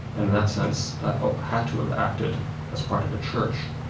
and in that sense ah had to have acted as part of a church,